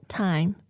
time